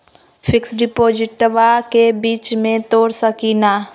Fix डिपोजिटबा के बीच में तोड़ सकी ना?